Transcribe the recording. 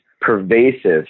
pervasive